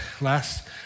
Last